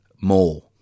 more